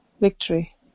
Victory